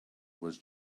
was